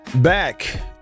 Back